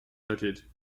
noted